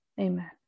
amen